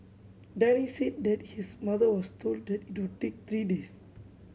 Denny said that his mother was told that it would take three days